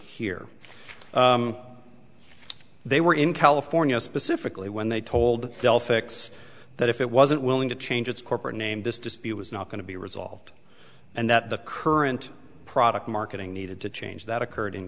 here they were in california specifically when they told dell fix that if it wasn't willing to change its corporate name this dispute was not going to be resolved and that the current product marketing needed to change that occurred in